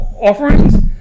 Offerings